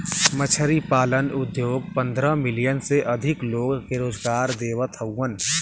मछरी पालन उद्योग पंद्रह मिलियन से अधिक लोग के रोजगार देवत हउवन